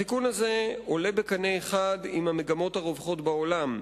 התיקון הזה עולה בקנה אחד עם המגמות הרווחות בעולם.